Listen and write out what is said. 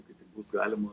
kai tik bus galima